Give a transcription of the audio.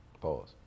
Pause